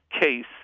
case